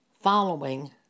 following